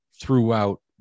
throughout